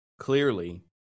clearly